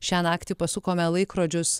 šią naktį pasukome laikrodžius